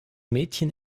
mädchen